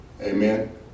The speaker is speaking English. Amen